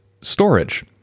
Storage